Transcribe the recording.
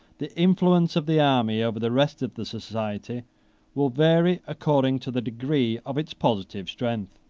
the influence of the army over the rest of the society will vary according to the degree of its positive strength.